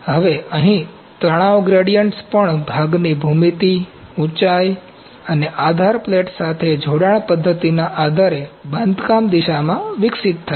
હવે અહીં તણાવ ગ્રેડિયન્ટ્સ પણ ભાગની ભૂમિતિ ઊંચાઈ અને આધાર પ્લેટ સાથે જોડાણ પદ્ધતિના આધારે બાંધકામ દિશામાં વિકસિત થાય છે